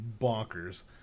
bonkers